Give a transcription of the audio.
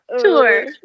Sure